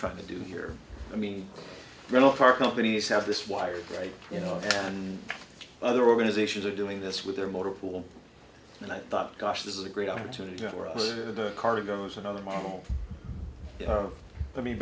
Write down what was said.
trying to do here i mean real car companies have this wired right you know one other organizations are doing this with their motor pool and i thought gosh this is a great opportunity for a car goes another mile i mean